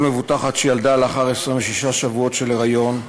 כל מבוטחת שילדה לאחר 26 שבועות של היריון,